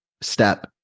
step